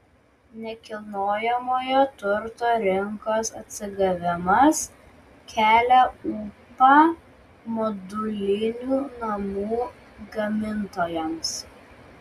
nekilnojamojo turto rinkos atsigavimas kelia ūpą modulinių namų gamintojams